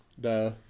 Duh